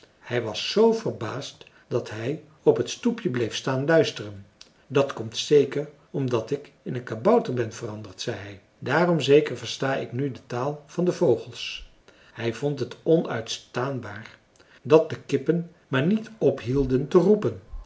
hij was zoo verbaasd dat hij op het stoepje bleef staan luisteren dat komt zeker omdat ik in een kabouter ben veranderd zei hij daarom zeker versta ik nu de taal van de vogels hij vond het onuitstaanbaar dat de kippen maar niet ophielden te roepen